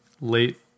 late